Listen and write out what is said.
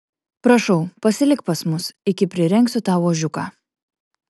prašau pasilik pas mus iki prirengsiu tau ožiuką